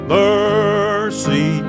mercy